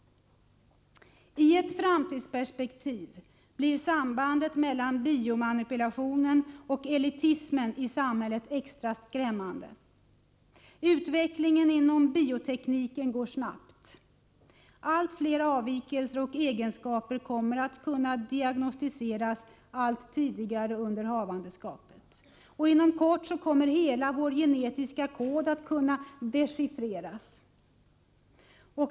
I ett framtidsperspektiv blir sambandet mellan biomanipulationen och elitismen i samhället särskilt skrämmande. Utvecklingen inom biotekniken går snabbt. Fler och fler avvikelser och egenskaper kommer att kunna diagnostiseras allt tidigare under havandeskapet. Inom kort kommer hela vår genetiska kod att kunna dechiffreras.